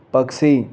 पक्षी